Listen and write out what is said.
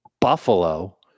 Buffalo